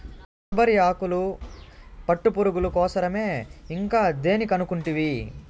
mulberry ఆకులు పట్టుపురుగుల కోసరమే ఇంకా దేని కనుకుంటివి